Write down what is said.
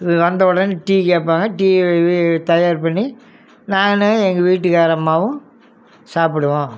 இது வந்தவுடனே டீ கேட்பாங்க டீ இது தயார் பண்ணி நானும் எங்கள் வீட்டுக்காரம்மாவும் சாப்பிடுவோம்